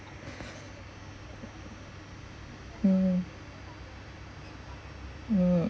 mm mm